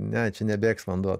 ne čia nebėgs vanduo